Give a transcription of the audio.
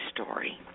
story